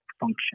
function